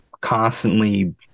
constantly